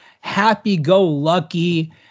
happy-go-lucky